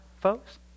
folks